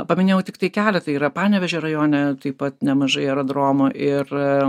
paminėjau tiktai keletą yra panevėžio rajone taip pat nemažai aerodromų ir